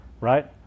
right